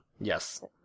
Yes